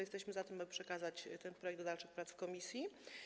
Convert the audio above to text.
Jesteśmy za tym, aby przekazać ten projekt do dalszych prac w komisji.